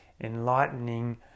enlightening